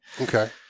Okay